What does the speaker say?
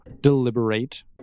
deliberate